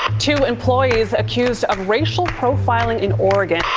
two employees accused of racial profiling in oregon.